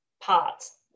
parts